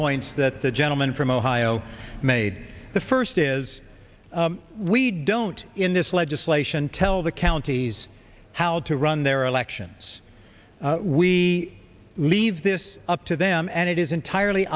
points that the gentleman from ohio made the first is we don't in this legislation tell the counties how to run their elections we leave this up to them and it is entirely